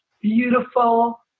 beautiful